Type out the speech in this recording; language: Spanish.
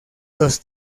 los